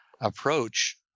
approach